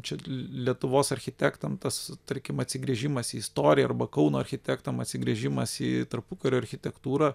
čia lietuvos architektam tas tarkim atsigręžimas į istoriją arba kauno architektam atsigręžimas į tarpukario architektūrą